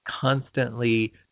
constantly